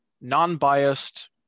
non-biased